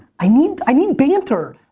i need i mean banter.